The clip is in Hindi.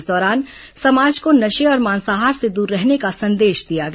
इस दौरान समाज को नशे और मांसाहार से दूर रहने का संदेश दिया गया